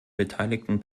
beteiligten